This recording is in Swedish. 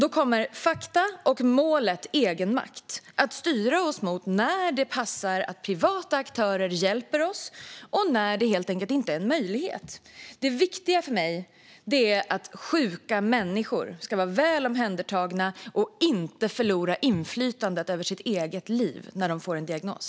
Då kommer fakta och målet egenmakt att styra oss mot när det passar att privata aktörer hjälper oss och när det helt enkelt inte är en möjlighet. Det viktiga för mig är att sjuka människor ska vara väl omhändertagna och inte förlora inflytandet över sitt eget liv när de får en diagnos.